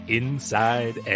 inside